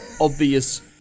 obvious